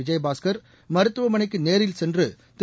விஜயபாஸ்கர் மருத்துவமனைக்கு நேரில் சென்று திரு